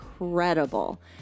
incredible